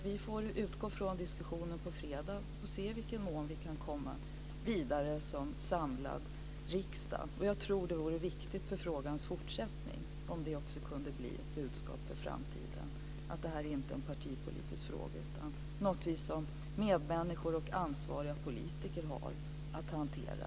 Vi får utgå från diskussionen på fredag och se i vilken mån vi kan komma vidare som samlad riksdag. Jag tror att det vore viktigt för frågans fortsättning om det också kunde bli ett budskap för framtiden att detta inte är en partipolitisk fråga utan något som vi som medmänniskor och ansvariga politiker har att hantera.